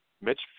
Mitch